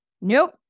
nope